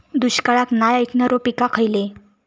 दुष्काळाक नाय ऐकणार्यो पीका खयली?